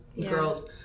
girls